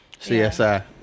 CSI